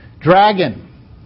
Dragon